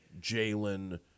Jalen